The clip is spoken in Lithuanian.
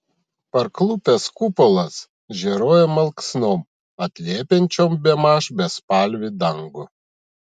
parklupęs kupolas žėruoja malksnom atliepiančiom bemaž bespalvį dangų